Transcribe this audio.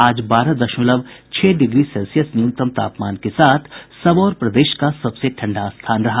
आज बारह दशमलव छह डिग्री सेल्सियस न्यूनतम तापमान के साथ सबौर प्रदेश का सबसे ठंडा स्थान रहा